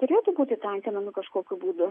turėtų būti tenkinami kažkokiu būdu